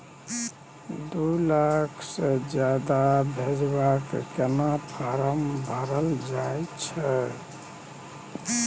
दू लाख से ज्यादा भेजबाक केना फारम भरल जाए छै?